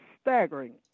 staggering